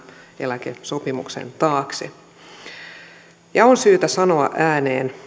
eläkesopimuksen taakse on syytä sanoa ääneen